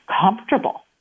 comfortable